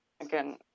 again